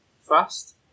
fast